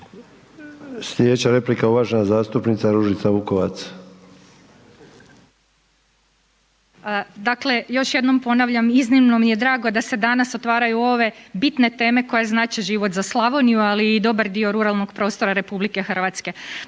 Slijedeća replika uvažena zastupnica Ružica Vukovac.